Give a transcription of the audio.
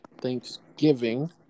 Thanksgiving